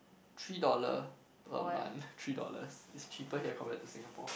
three dollar per month three dollars it's cheaper here compared to Singapore